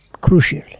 crucial